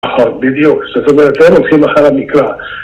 בדיוק, זאת אומרת הם הולכים אחר המקרא